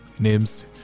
names